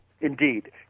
Indeed